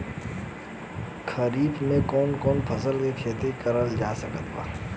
खरीफ मे कौन कौन फसल के खेती करल जा सकत बा?